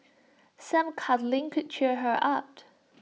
some cuddling could cheer her up